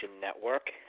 Network